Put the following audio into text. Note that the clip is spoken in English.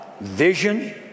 vision